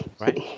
Right